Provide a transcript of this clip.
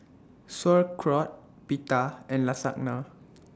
Sauerkraut Pita and Lasagna